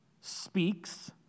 speaks